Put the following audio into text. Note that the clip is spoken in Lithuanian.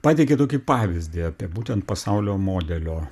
pateikė tokį pavyzdį apie būtent pasaulio modelio